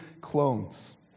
clones